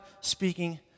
speaking